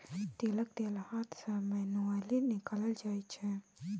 तिलक तेल हाथ सँ मैनुअली निकालल जाइ छै